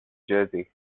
jersey